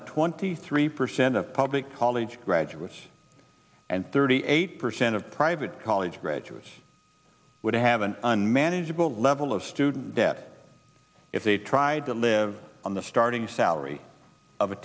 that twenty three percent of public college graduates and thirty eight percent of private college graduates would have an unmanageable level of student debt if they tried to live on the starting salary of a